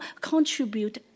contribute